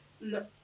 no